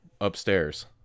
upstairs